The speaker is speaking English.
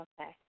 Okay